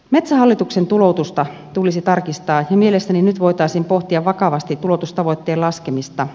metsähallituksen tuloutusta tulisi tarkistaa ja mielestäni nyt voitaisiin pohtia vakavasti tuloutustavoitteen laskemista